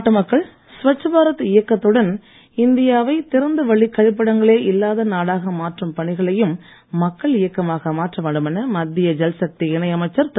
நாட்டு மக்கள் சுவச் பாரத் இயக்கத்துடன் இந்தியாவை திறந்தவெளிக் கழிப்பிடங்களே இல்லாத நாடாக மாற்றும் பணிகளையும் மக்கள் இயக்கமாக மாற்ற வேண்டும் என மத்திய ஜல்சக்தி இணை அமைச்சர் திரு